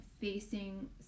facing